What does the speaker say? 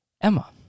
Emma